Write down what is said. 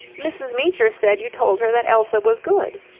mrs. meecher said you told her that elsa was good.